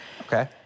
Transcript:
Okay